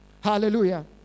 Hallelujah